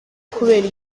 kubera